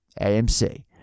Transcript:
AMC